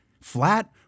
flat